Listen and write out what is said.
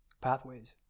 Pathways